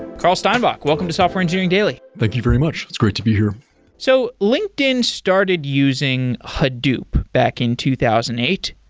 carl steinbach, welcome to software engineering daily thank you very much. it's great to be here so linkedin started using hadoop back in two thousand and eight.